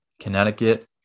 Connecticut